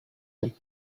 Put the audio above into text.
him